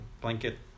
blanket